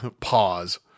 pause